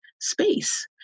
space